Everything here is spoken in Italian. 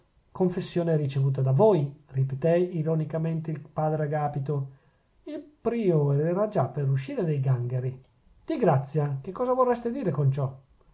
confessione ricevuta da voi ripetè ironicamente il padre agapito il priore era già per uscire dai gangheri di grazia che cosa vorreste dire con ciò